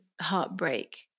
heartbreak